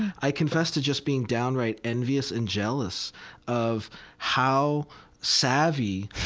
i confess to just being downright envious and jealous of how savvy